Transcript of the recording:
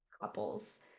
couples